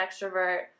extrovert